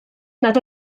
nad